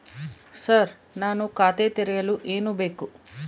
Sir ನಾನು ಖಾತೆ ತೆರೆಯಲು ಏನು ಬೇಕು?